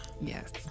yes